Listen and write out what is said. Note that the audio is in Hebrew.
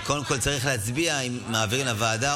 אבל קודם כול צריך להצביע אם להעביר לוועדה.